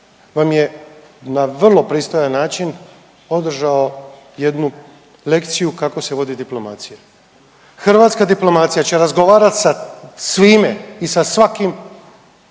vam je na vrlo pristojan način održao jednu lekciju kako se vodi diplomacija. Hrvatska diplomacija će razgovarati sa svime i sa svakim